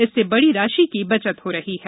इससे बड़ी राशि की बचत हो रही है